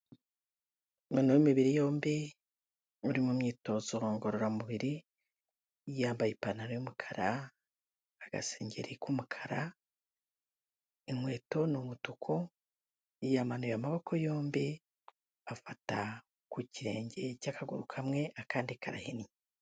Umuntu w'imibiri yombi, uri mu myitozongororamubiri, yambaye ipantaro y'umukara, agasengeri k'umukara, inkweto ni umutuku, yamanuye amaboko yombi afata ku kirenge cy'akaguru kamwe akandi karahinnye.